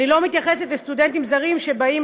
אני לא מתייחסת לסטודנטים זרים שבאים